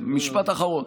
כן, משפט אחרון.